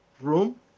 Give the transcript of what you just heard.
room